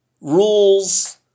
rules